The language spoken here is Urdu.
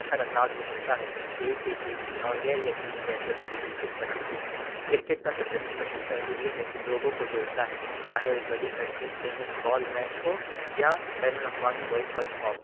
اثر انداز ہو سکتا ہے یہی پیچیدگی اور غیر یقینی کیفیت اسے دلچسپ بناتی ہے کرکٹ کا سب سے پرکشش پہلو یہ ہے کہ لوگوں کو جوڑتا ہے چاہے وہ گلی کا ٹینس بال میچ ہو یا بین الاقوامی ورلڈ کپ ہو